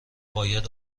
باید